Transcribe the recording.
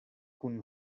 kun